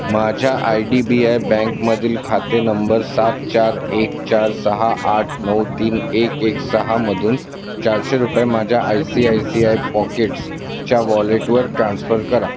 माझ्या I D B I बँकमधील खाते नंबर सात चार एक चार सहा आठ नऊ तीन एक एक सहामधून चारशे रुपये माझ्या I C I C I pockets च्या वॉलेटवर ट्रान्स्फर करा